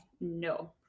No